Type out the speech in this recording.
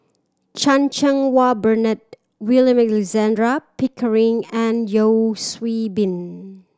Chan Cheng Wah Bernard William Alexander Pickering and Yeo Bin